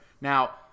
now